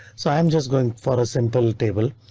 so i'm just going for a simple table.